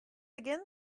again